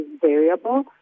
variable